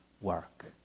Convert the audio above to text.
work